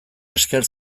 esker